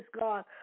God